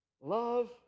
Love